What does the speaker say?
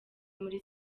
muri